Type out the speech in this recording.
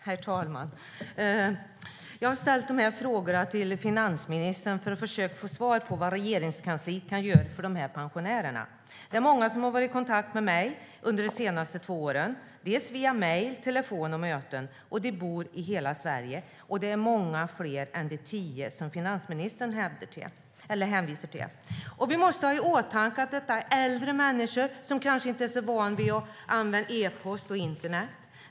Herr talman! Jag har ställt interpellationen till finansministern för att försöka få svar på vad Regeringskansliet kan göra för de här pensionärerna. Det är många som har varit i kontakt med mig under de senaste två åren via mejl, telefon och möten. Det är människor från hela Sverige, och det är många fler än de tio som finansministern hänvisar till. Vi måste ha i åtanke att detta är äldre människor som kanske inte är så vana vid att använda e-post och internet.